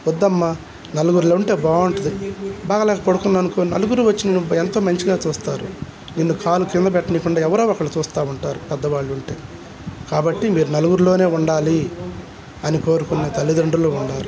వద్దమ్మ నలుగురులో ఉంటే బాగుంటుంది బాగోలేక పడుకున్నానుకో నలుగురు వచ్చి నేను ఎంతో మంచిగా చూస్తారు నిన్ను కాళ్ళు క్రింద పెట్టనీయకుండా ఎవరో ఒకళ్ళు చూస్తూ ఉంటారు పెద్దవాళ్ళు ఉంటే కాబట్టి మీరు నలుగురులోనే ఉండాలి అని కోరుకునే తల్లిదండ్రులు ఉన్నారు